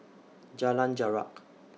Jalan Jarak